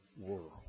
world